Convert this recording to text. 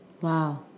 wow